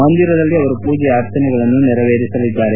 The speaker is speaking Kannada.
ಮಂದಿರದಲ್ಲಿ ಅವರು ಪೂಜೆ ಅರ್ಚನೆಗಳನ್ನು ನೆರವೇರಿಸಲಿದ್ದಾರೆ